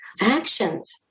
actions